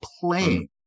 playing